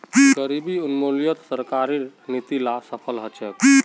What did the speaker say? गरीबी उन्मूलनत सरकारेर नीती ला सफल ह छेक